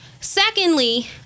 Secondly